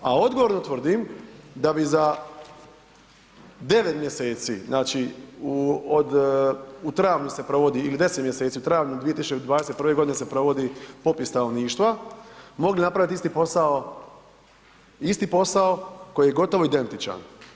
A odgovorno tvrdim da bi za 9 mjeseci, znači u travnju se provodi, ili 10 mjeseci, u travnju 2021. godine se provodi popis stanovništva mogli napraviti isti posao, isti posao koji je gotovo identičan.